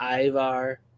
Ivar